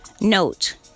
note